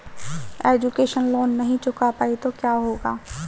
Education loan नहीं चुका पाए तो क्या होगा?